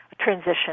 transition